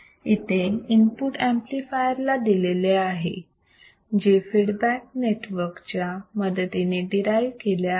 इथे input amplifier ला दिलेले आहे जे फीडबॅक नेटवर्क च्या मदतीने डीरायु केले आहे